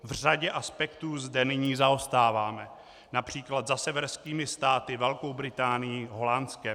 V řadě aspektů zde nyní zaostáváme například za severskými státy, Velkou Británií, Holandskem.